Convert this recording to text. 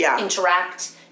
interact